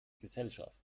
gesellschaft